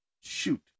Shoot